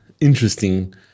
interesting